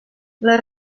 les